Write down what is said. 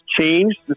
changed